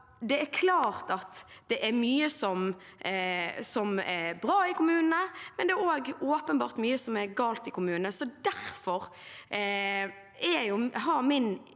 det er klart at det er mye som er bra i kommunene, men det er også åpenbart mye som er galt i kommunene. Derfor har mitt